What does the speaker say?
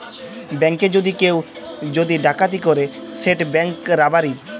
ব্যাংকে যদি কেউ যদি ডাকাতি ক্যরে সেট ব্যাংক রাবারি